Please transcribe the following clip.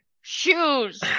shoes